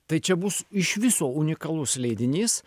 tai čia bus iš viso unikalus leidinys